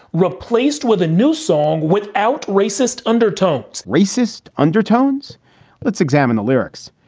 replaced with a new song without racist undertones, racist undertones let's examine the lyrics.